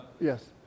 yes